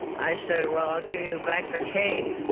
i said, well, i'll give you back the cane